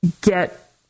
get